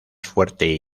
fuerte